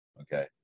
Okay